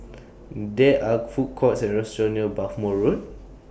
There Are Food Courts Or restaurants near Bhamo Road